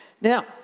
Now